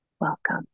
welcome